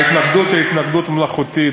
ההתנגדות היא התנגדות מלאכותית,